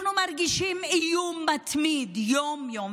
אנחנו מרגישים איום מתמיד יום-יום.